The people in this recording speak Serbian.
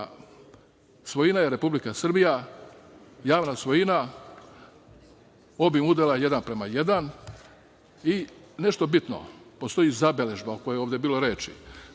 je Republika Srbije, javna svojina, obim udela jedan prema jedan, i nešto bitno, postoji zabeležba o kojoj je bilo reči